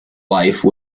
life